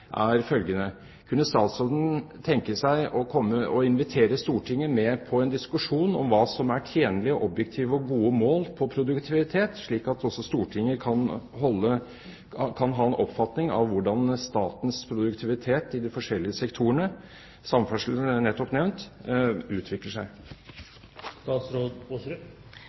er følgende: Kunne statsråden tenke seg å invitere Stortinget med på en diskusjon om hva som er tjenlige objektive og gode mål på produktivitet, slik at også Stortinget kan ha en oppfatning av hvordan statens produktivitet i de forskjellige sektorene, bl.a. når det gjelder samferdsel, som jeg nettopp har nevnt, utvikler seg?